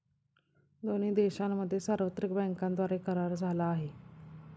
दोन्ही देशांमध्ये सार्वत्रिक बँकांद्वारे करार झाला आहे